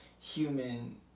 human